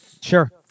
Sure